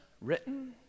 written